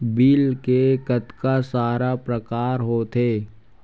Bill के कतका सारा प्रकार होथे?